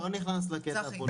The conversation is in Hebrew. אני לא נכנס לקטע פה.